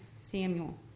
Samuel